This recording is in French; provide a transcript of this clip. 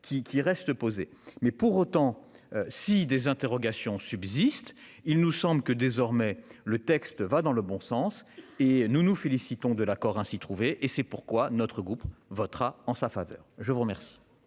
qui reste posée mais pour autant, si des interrogations subsistent. Il nous semble que désormais le texte va dans le bon sens et nous nous félicitons de l'accord ainsi trouver et c'est pourquoi notre groupe votera en sa faveur. Je vous remercie.